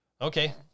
Okay